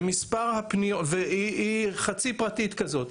חצי-פרטית כזאת,